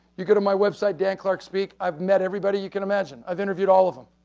you go to my website, dan clark speak, i've met everybody you can imagine. i've interviewed all of them.